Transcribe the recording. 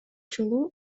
жолу